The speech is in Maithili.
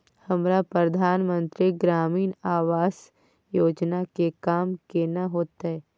हमरा प्रधानमंत्री ग्रामीण आवास योजना के काम केना होतय?